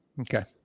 Okay